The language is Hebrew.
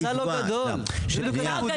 ההיצע לא גדול, זאת בדיוק הנקודה.